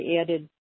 added